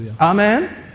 Amen